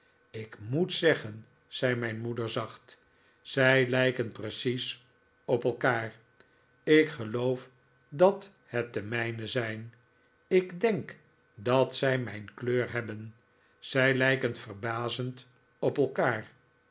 ik moet zeggen zei mijn moeder zacht zij lijken precies op elkaar ik geloof dat het de mijne zijn ik denk dat zij mijn kleur hebben zij lijken verbazend op elkaar